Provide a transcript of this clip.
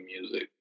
music